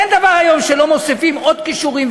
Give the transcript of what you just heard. אין דבר היום שלא מוסיפים עוד כישורים,